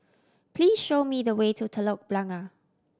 please show me the way to Telok Blangah